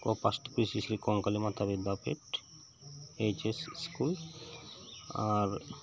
ᱠᱚᱯᱟᱥ ᱥᱨᱤ ᱥᱨᱤ ᱢᱟᱛᱟ ᱠᱚᱝᱠᱟᱞᱤ ᱛᱚᱞᱟ Vidyapith H S school ᱟᱨ